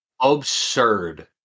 Absurd